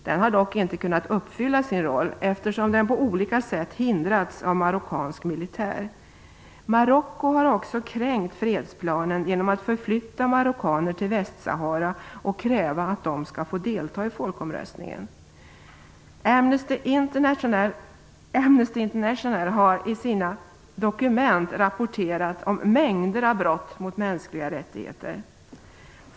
Den har dock inte kunnat uppfylla sin roll eftersom den på olika sätt hindrats av marockansk militär. Marocko har också kränkt fredsplanen genom att förflytta marockaner till Västsahara och kräva att de skall få delta i folkomröstningen. Amnesty International har i sina dokument rapporterat om mängder av brott mot mänskliga rättigheter.